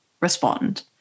respond